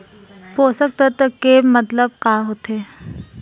पोषक तत्व के मतलब का होथे?